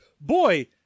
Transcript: boy